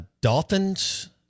Dolphins